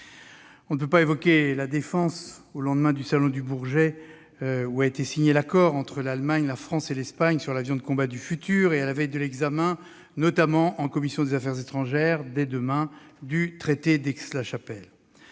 pas ne pas évoquer la défense, au lendemain du salon du Bourget où a été signé l'accord avec l'Allemagne et l'Espagne sur l'avion de combat du futur, et à la veille de l'examen, en commission des affaires étrangères, du traité d'Aix-la-Chapelle.